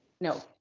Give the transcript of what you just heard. No